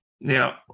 Now